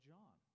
John